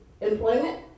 employment